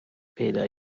پیدا